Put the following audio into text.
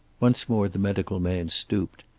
once more the medical man stooped.